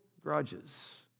grudges